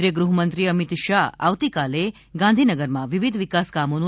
કેન્દ્રીય ગૃહમંત્રી અમિત શાહ આવતીકાલે ગાંધીનગરમાં વિવિધ વિકાસકામોનું